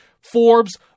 Forbes